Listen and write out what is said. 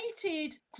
created